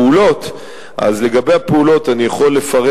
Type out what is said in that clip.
אז לגבי הפעולות אני יכול לפרט.